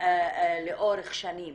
לאורך שנים.